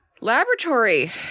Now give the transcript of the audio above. laboratory